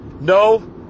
no